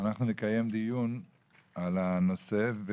אנחנו נקיים דיון על הנושא.